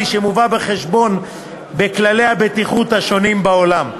שמובא בחשבון בכללי הבטיחות בעולם.